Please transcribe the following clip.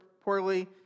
poorly